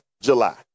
July